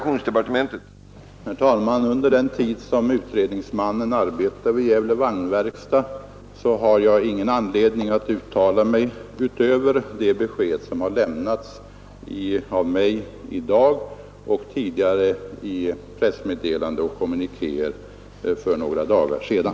Herr talman! Under den tid som utredningsmannen arbetar vid Gävle Vagnverkstad har jag ingen anledning att uttala mig utöver det besked som har lämnats av mig i dag och tidigare i pressmeddelande och kommunikéer för några dagar sedan.